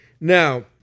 Now